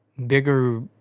bigger